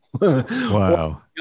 Wow